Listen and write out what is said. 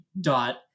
Dot